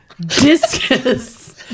discus